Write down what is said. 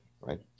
right